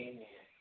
Amen